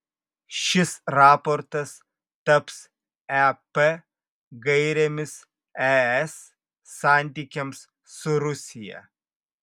šis raportas taps ep gairėmis es santykiams su rusija